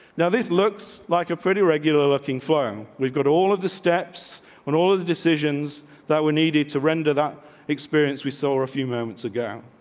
now this looks like a pretty regular looking phone. we've got all of the steps when all of the decisions that we needed to render that experience we saw a few ago.